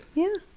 yeah.